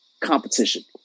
Competition